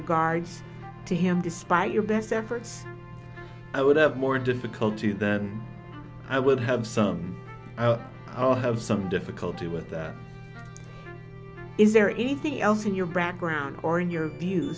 regards to him despite your best efforts i would have more difficulty than i would have some out i'll have some difficulty with that is there anything else in your background or in your view